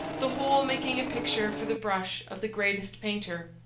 the whole making a picture for the brush of the greatest painter.